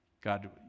God